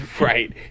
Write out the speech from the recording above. right